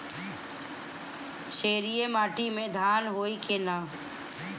क्षारिय माटी में धान होई की न?